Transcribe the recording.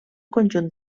conjunt